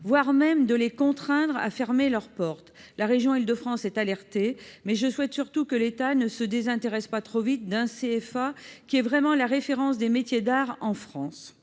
voire de les contraindre à fermer leurs portes. La région d'Île-de-France est alertée, mais je souhaite surtout que l'État ne se désintéresse pas trop vite d'un CFA qui est vraiment la référence des métiers d'art en France.